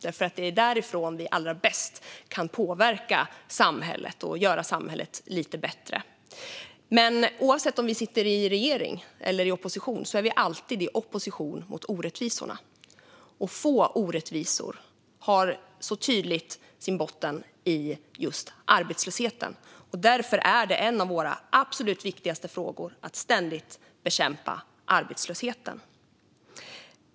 Det är därifrån vi allra bäst kan påverka samhället och göra samhället lite bättre. Oavsett om vi sitter i regering eller i opposition är vi alltid i opposition mot orättvisorna. Få orättvisor är så tydliga som de som har sin botten i just arbetslösheten. Därför är det en av våra absolut viktigaste frågor att ständigt bekämpa arbetslösheten.